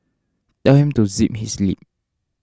tell him to zip his lip